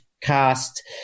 cast